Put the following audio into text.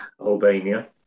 Albania